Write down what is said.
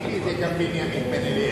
ביבי זה גם בנימין בן-אליעזר.